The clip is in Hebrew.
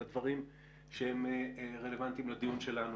על הדברים שהם רלוונטיים לדיון שלנו,